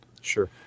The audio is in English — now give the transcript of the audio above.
sure